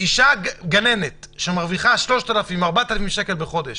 גננת שמרוויחה 3,000 או 4,000 שקל בחודש